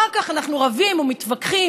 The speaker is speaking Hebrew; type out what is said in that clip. אחר כך אנחנו רבים ומתווכחים,